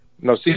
No